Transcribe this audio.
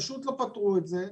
פשוט לא פתרו את זה.